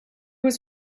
was